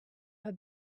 her